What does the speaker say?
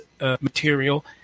material